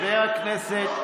חבר הכנסת,